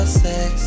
sex